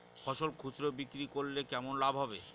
ফসল খুচরো বিক্রি করলে কেমন লাভ হবে?